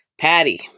Patty